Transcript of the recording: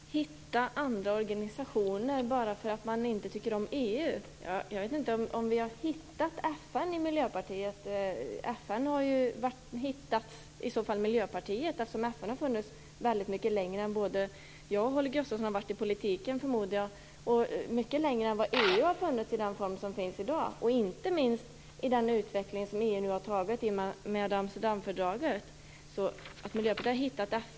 Fru talman! Holger Gustafsson pratar om att hitta andra organisationer bara för att man inte tycker om EU. Jag vet inte om Miljöpartiet har hittat FN precis. FN har väl i så fall hittat Miljöpartiet, eftersom FN har funnits väldigt mycket längre än vad både jag och Holger Gustafsson, förmodar jag, har varit i politiken. FN har också funnits mycket längre än vad EU har funnits i den form som finns i dag och med den utveckling EU har tagit i och med Amsterdamfördraget. Jag vet alltså inte om man kan säga att Miljöpartiet har hittat FN.